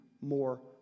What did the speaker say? more